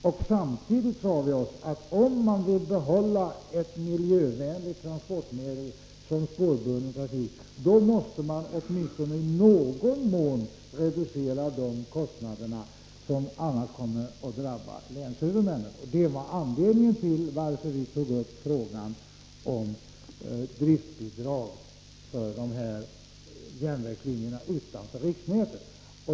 Vi sade samtidigt att om man vill behålla ett miljövänligt transportmedel, som den spårbundna trafiken är, måste man åtminstone i någon mån reducera de kostnader som annars kommer att drabba länshuvudmännen. Det var anledningen till att vi tog upp frågan om driftbidrag till järnvägslinjerna utanför riksnätet.